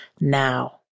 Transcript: now